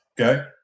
okay